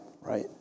right